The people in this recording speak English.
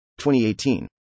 2018